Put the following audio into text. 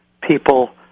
people